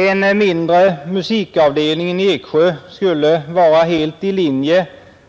En mindre musikavdelning i Eksjö skulle vara helt i linje